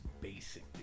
basic